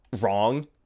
wrong